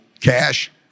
cash